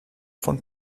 von